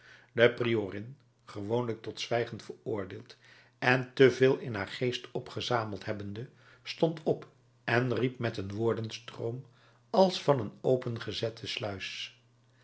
de priorin gewoonlijk tot zwijgen veroordeeld en te veel in haar geest opgezameld hebbende stond op en riep met een woordenstroom als van een opengezette sluis